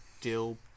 dill